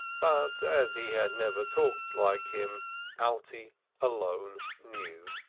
but as he had never talked like him alte alone knew.